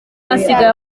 asigaye